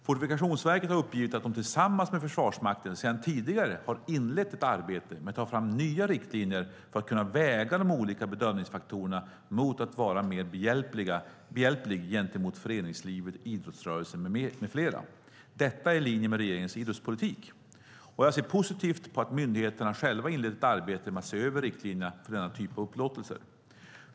Fortifikationsverket har uppgivit att de tillsammans med Försvarsmakten sedan tidigare har inlett ett arbete med att ta fram nya riktlinjer för att kunna väga de olika bedömningsfaktorerna mot att vara mer behjälpliga gentemot föreningslivet, idrottsrörelsen med flera. Detta är i linje med regeringens idrottspolitik. Jag ser positivt på att myndigheterna själva inlett ett arbete med att se över riktlinjerna för denna typ av upplåtelser.